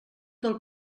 del